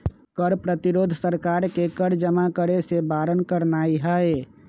कर प्रतिरोध सरकार के कर जमा करेसे बारन करनाइ हइ